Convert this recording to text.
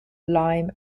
lime